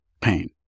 pain